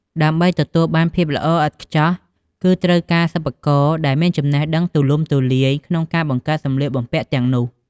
ដើម្បីទទួលបានភាពល្អឥតខ្ចោះ គឺត្រូវការសិប្បករ ដែលមានចំណេះដឹងទូលំទូលាយក្នុងការបង្កើតសម្លៀកបំពាក់ទាំងនោះ ។